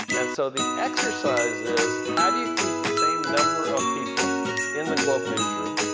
and so the exercise is how do you keep the same number of people in the globe newsroom